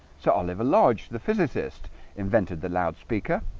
so oliver lodge the physicist invented the loudspeaker,